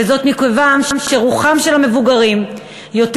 וזאת מכיוון שרוחם של המבוגרים יותר